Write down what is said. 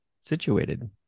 situated